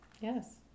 yes